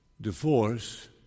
divorce